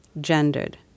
gendered